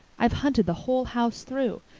i've hunted the whole house through.